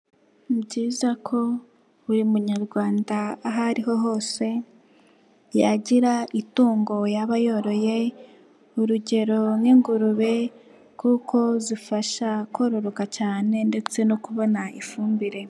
Ni byiza ko buri munyarwanda aho ari ho hose yagira itungo yaba yoroye, urugero nk'ingurube kuko zifasha kororoka cyane ndetse no kubona ifumbire.